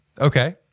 Okay